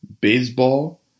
baseball